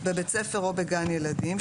בבית ספר או בגן ילדים,